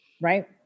right